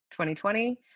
2020